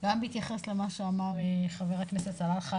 גם להתייחס למה שאמר ח"כ סלאלחה.